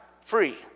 free